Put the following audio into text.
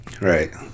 right